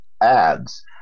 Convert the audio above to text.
ads